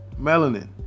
Melanin